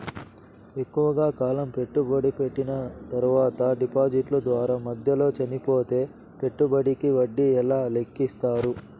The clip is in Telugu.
ఎక్కువగా కాలం పెట్టుబడి పెట్టిన తర్వాత డిపాజిట్లు దారు మధ్యలో చనిపోతే పెట్టుబడికి వడ్డీ ఎలా లెక్కిస్తారు?